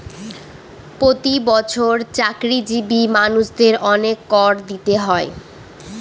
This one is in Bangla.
প্রতি বছর চাকরিজীবী মানুষদের অনেক কর দিতে হয়